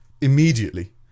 immediately